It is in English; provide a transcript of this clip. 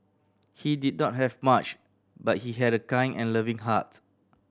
he did not have much but he had a kind and loving heart